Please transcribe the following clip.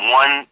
one